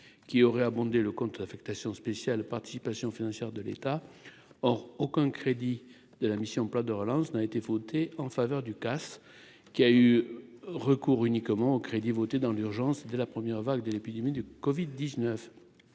qui aurait abonder le compte d'affectation spéciale Participations financières de l'État, or aucun crédit de la mission, plan de relance n'a été voté en faveur du casse, qui a eu recours uniquement aux crédits voté dans l'urgence de la première vague de l'épidémie de Covid 19,